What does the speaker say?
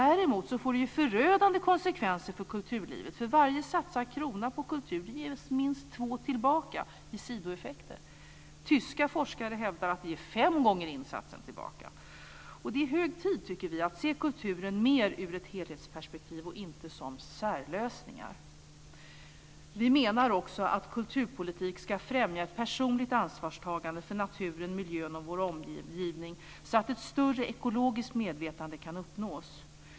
Däremot får det förödande konsekvenser för kulturlivet, för varje satsad krona på kultur ger oss minst två tillbaka i sidoeffekter. Tyska forskare hävdar att det ger fem gånger insatsen tillbaka. Vi tycker att det är hög tid att se kulturen mer i ett helhetsperspektiv, och inte som särlösningar. Vi menar också att kulturpolitik ska främja ett personligt ansvarstagande för naturen, miljön och vår omgivning så att ett större ekologiskt medvetande kan uppnås.